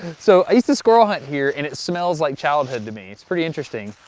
so i used to squirrel hunt here and it smells like childhood to me, it's pretty interesting.